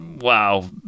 wow